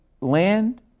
land